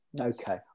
Okay